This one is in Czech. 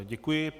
Děkuji.